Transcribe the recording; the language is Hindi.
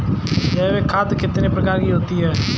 जैविक खाद कितने प्रकार की होती हैं?